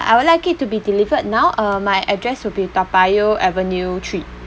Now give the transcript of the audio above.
I would like it to be delivered now uh my address will be toa payoh avenue three